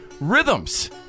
rhythms